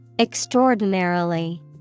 Extraordinarily